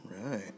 right